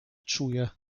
czuje